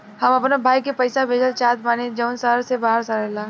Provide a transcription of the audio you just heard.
हम अपना भाई के पइसा भेजल चाहत बानी जउन शहर से बाहर रहेला